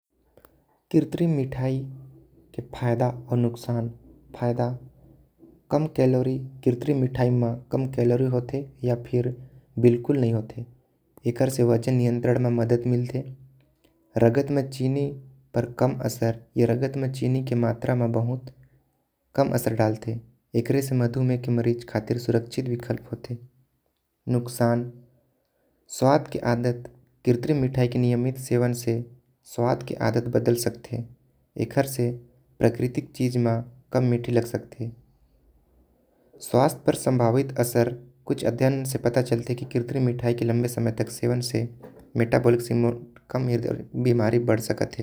कृत्रिम मिठाई के फायदे आऊ नुकसान फायदा कम कैलोर कृत्रिम मिठाई। म कम कैलोर होते यह फिर बिल्कुल नई होते एकर ले वजन नियंत्रण म मदद मिलते। रगत म चीनी पर कम असर यह रगत में चीनी के कम मात्र म बहुत कम असर डालते। अकरे से मधुमेह के मरीज खातिर सुरक्षित विकल्प होते। नुकसान स्वाद के आदत कृत्रिम मिठाई के सेवन से स्वाद के आदत बदल सकते। एकर से प्राकृतिक कम मीठी लग सकते स्वस्थ पर संभावित। असर कुछ अध्ययन से पता चलते की कृत्रिम मिठाई के लंबे समय तक। के स्वान से मेटाप्लॉसिन बीमारी बढ़ सकत हे।